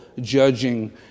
judging